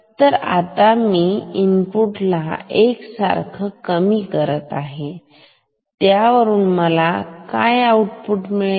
तर आता मी इनपुटला एकसारखं कमी करत आहे त्यावरून मला काय आउटपुट मिळेल